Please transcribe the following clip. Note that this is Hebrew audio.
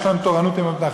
יש לנו תורנות עם המתנחלים,